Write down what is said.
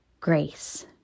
grace